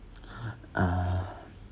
ah